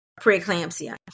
preeclampsia